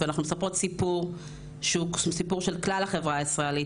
ואנחנו מספרות סיפור שהוא סיפור של כלל החברה הישראלית,